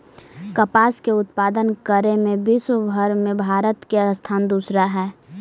कपास के उत्पादन करे में विश्वव भर में भारत के स्थान दूसरा हइ